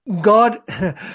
God